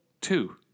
Two